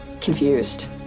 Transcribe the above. confused